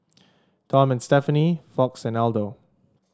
Tom and Stephanie Fox and Aldo